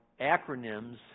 acronyms